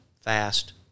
fast